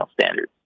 standards